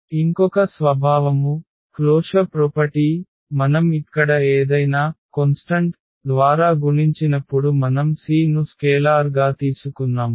ఇంకొక స్వభావము మూసివేత స్వభావము మనం ఇక్కడ ఏదైనా స్థిరాంకం ద్వారా గుణించినప్పుడు మనం c ను స్కేలార్ గా తీసుకున్నాము